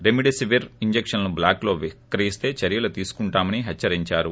remdesivir ఇంజక్షన్లు బ్లాక్లో విక్రయిస్త చర్యలు తీసుకుంటామని హెచ్చరించారు